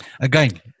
Again